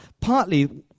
partly